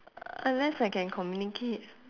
unless I can communicate